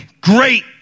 great